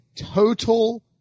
total